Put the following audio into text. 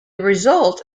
result